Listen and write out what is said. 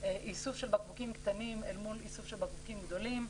איסוף של בקבוקים קטנים אל מול איסוף של בקבוקים גדולים.